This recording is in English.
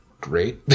great